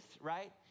right